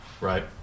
right